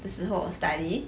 的时候 study